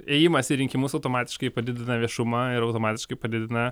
ėjimas į rinkimus automatiškai padidina viešumą ir automatiškai padidina